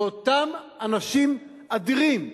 ואותם אנשים אדירים,